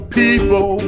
people